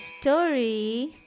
story